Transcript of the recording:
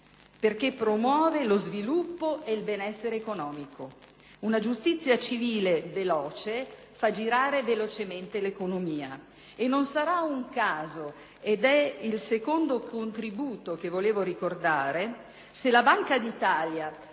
perché promuove lo sviluppo e il benessere economico. Una giustizia civile veloce fa girare velocemente l'economia. Non sarà un caso - ed è il secondo contributo che volevo ricordare - se la Banca d'Italia,